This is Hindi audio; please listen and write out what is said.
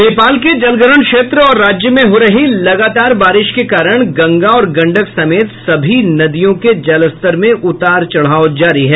नेपाल के जलग्रहण क्षेत्र और राज्य में हो रही लगातार बारिश के कारण गंगा और गंडक समेत सभी नदियों के जलस्तर में उतार चढ़ाव जारी है